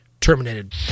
terminated